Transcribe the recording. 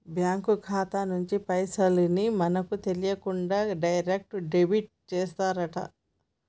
bank ఖాతా నుంచి పైసల్ ని మనకు తెలియకుండా డైరెక్ట్ డెబిట్ చేశారట